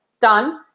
done